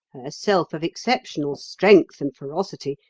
herself of exceptional strength and ferocity,